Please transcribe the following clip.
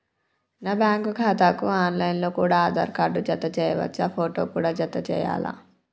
నా బ్యాంకు ఖాతాకు online లో కూడా ఆధార్ కార్డు జత చేయవచ్చా ఫోటో కూడా జత చేయాలా?